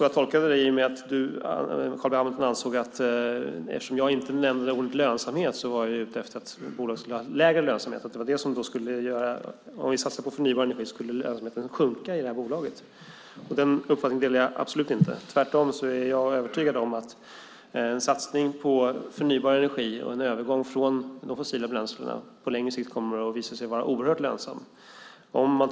Jag tolkade det så då Carl B Hamilton ansåg att eftersom jag inte nämnde ordet lönsamhet var jag ute efter att bolaget skulle få lägre lönsamhet, för om vi satsar på förnybar energi skulle lönsamheten sjunka i bolaget. Jag delar absolut inte den uppfattningen. Jag är tvärtom övertygad om att en satsning på förnybar energi och en övergång från fossila bränslen till förnybar energi kommer att visa sig vara mycket lönsam på längre sikt.